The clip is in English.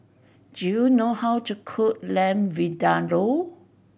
do you know how to cook Lamb Vindaloo